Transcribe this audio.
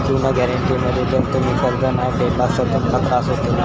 ऋण गॅरेंटी मध्ये जर तुम्ही कर्ज नाय फेडलास तर तुमका त्रास होतलो